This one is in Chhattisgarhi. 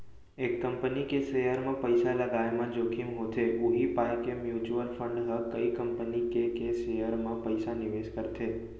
एक कंपनी के सेयर म पइसा लगाय म जोखिम होथे उही पाय के म्युचुअल फंड ह कई कंपनी के के सेयर म पइसा निवेस करथे